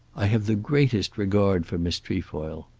i have the greatest regard for miss trefoil.